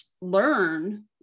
learn